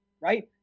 right